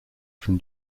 from